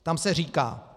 Tam se říká: